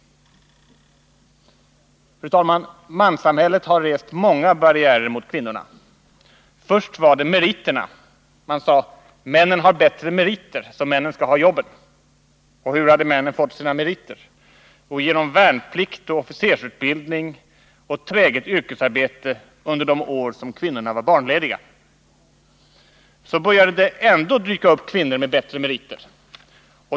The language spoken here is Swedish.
Fru talman! Manssamhället har rest många barriärer mot kvinnorna. Först var det meriterna. Man sade: Männen har bättre meriter, så männen skall ha jobben. Och hur har männen fått sina meriter? Jo, genom värnplikt och genom officersutbildning och genom träget yrkesarbete under de år som kvinnorna var barnlediga. Så började det ändå dyka upp kvinnor med bättre meriter.